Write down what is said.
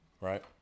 right